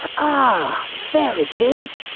ah, there it is,